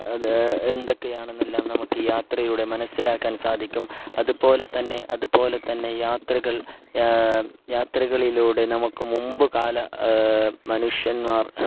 അത് എന്തൊക്കെയാണെന്നെല്ലാം നമുക്ക് ഈ യാത്രയിലൂടെ മനസിലാക്കാൻ സാധിക്കും അതു പോലെ തന്നെ അതു പോലെ തന്നെ യാത്രകൾ യാത്രകളിലൂടെ നമ്മൾക്ക് മുമ്പ് കാല മനുഷ്യന്മാർ